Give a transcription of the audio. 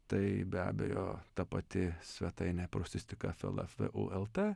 tai be abejo ta pati svetainė prūsistika flf vu lt